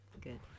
Good